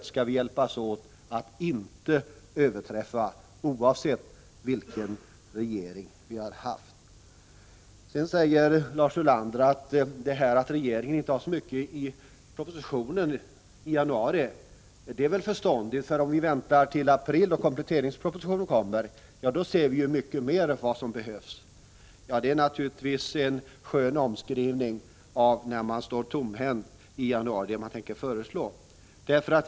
Vi skall hjälpas åt och arbeta för att det rekordet inte överträffas, oavsett vad det är för regering. Lars Ulander säger vidare: Det är väl förståndigt att regeringen inte sagt så mycket i propositionen i januari, för om vi väntar till i april då kompletteringspropositionen kommer kan vi ju mycket bättre se vad som behövs. Ja, det är naturligtvis en skön omskrivning av osäkerhet för den politik som man tänker föreslå. Nu gör ni en sådan beskrivning när man i januari står tomhänt.